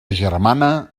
germana